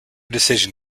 decision